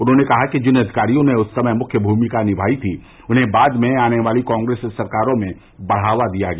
उन्होंने कहा कि जिन अधिकारियों ने उस समय मुख्य भूमिका निमाई थी उन्हें बाद में आने वाली कांग्रेस सरकारों में बढ़ावा दिया गया